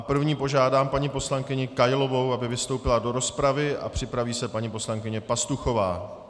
První požádám paní poslankyni Kailovou, aby vystoupila do rozpravy, a připraví se paní poslankyně Pastuchová.